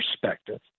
perspective